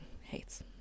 hates